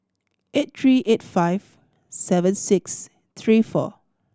eight three eight five seven six three four